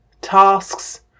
tasks